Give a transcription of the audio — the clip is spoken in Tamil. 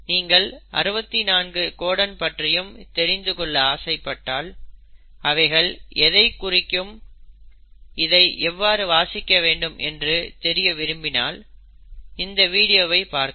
நீங்கள் 64 கோடன் பற்றியும் தெரிந்து கொள்ள ஆசைப்பட்டால் அவைகள் எதை குறிக்கும் இதை எவ்வாறு வாசிக்க வேண்டும் என்று தெரிய விரும்பினால் இந்த வீடியோவை பார்க்கவும்